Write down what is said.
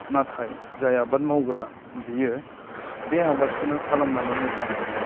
नाथाय जाय आबाद मावग्रा बियो बे आबादखौनो खालामनानै मोजां मोनो